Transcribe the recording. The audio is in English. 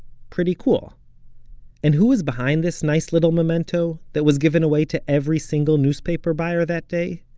pretty cool and who was behind this nice little memento, that was given away to every single newspaper buyer that day?